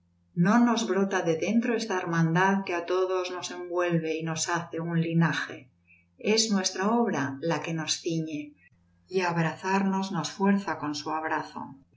no nos brota de dentro esta hermandad que á todos nos envuelve y nos hace un linaje es nuestra obra la que nos ciñe y á abrazarnos nos fuerza con su abrazo